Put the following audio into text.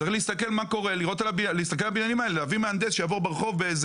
צריך להביא מהנדס שיעבור ברחוב,